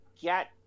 get